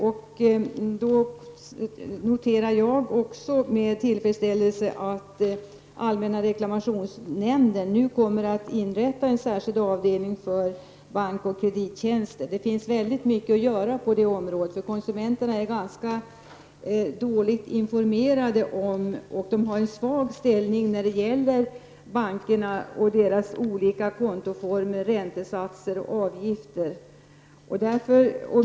Även jag noterar med tillfredsställelse att allmänna reklamationsnämnden nu kommer att inrätta en särskild avdelning för bankoch kredittjänster. Det finns väldigt mycket att göra på det området. Konsumenterna är ganska dåligt informerade om bankerna och har en svag ställning när det gäller bankerna och deras olika kontoformer, räntesatser och avgifter.